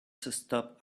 stopped